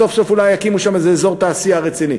וסוף סוף אולי יקימו שם אזור תעשייה רציני,